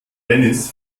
dennis